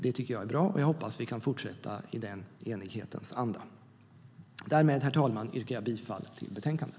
Det tycker jag är bra. Jag hoppas att vi kan fortsätta i den enighetens anda. Därmed, herr talman, yrkar jag bifall till förslaget i betänkandet.